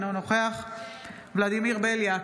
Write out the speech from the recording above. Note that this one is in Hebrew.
אינו נוכח ולדימיר בליאק,